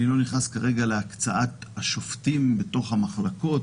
אני לא נכנס כרגע להקצאת השופטים בתוך המחלקות,